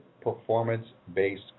performance-based